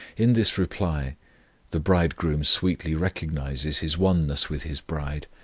in this reply the bridegroom sweetly recognizes his oneness with his bride,